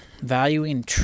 valuing